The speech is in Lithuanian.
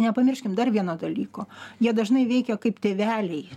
nepamirškim dar vieno dalyko jie dažnai veikia kaip tėveliai